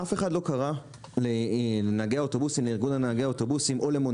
אף אחד לא קרא לארגון נהגי האוטובוסים או לארגון